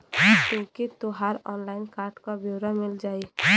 तोके तोहर online card क ब्योरा मिल जाई